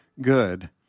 good